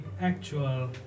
actual